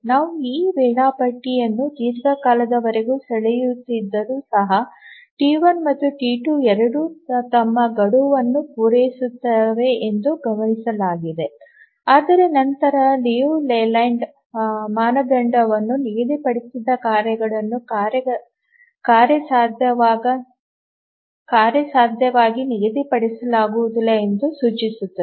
ನಾವು ಈ ವೇಳಾಪಟ್ಟಿಯನ್ನು ದೀರ್ಘಕಾಲದವರೆಗೆ ಸೆಳೆಯುತ್ತಿದ್ದರೂ ಸಹ ಟಿ 1 ಮತ್ತು ಟಿ 2 ಎರಡೂ ತಮ್ಮ ಗಡುವನ್ನು ಪೂರೈಸುತ್ತವೆ ಎಂದು ಗಮನಿಸಲಾಗಿದೆ ಆದರೆ ನಂತರ ಲಿಯು ಲೇಲ್ಯಾಂಡ್ ಮಾನದಂಡವು ನಿಗದಿಪಡಿಸಿದ ಕಾರ್ಯಗಳನ್ನು ಕಾರ್ಯಸಾಧ್ಯವಾಗಿ ನಿಗದಿಪಡಿಸಲಾಗುವುದಿಲ್ಲ ಎಂದು ಸೂಚಿಸುತ್ತದೆ